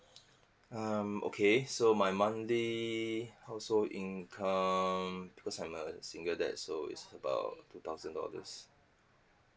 um okay so my monthly household income because I'm a single dad so it's about two thousand dollars